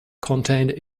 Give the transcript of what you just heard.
contained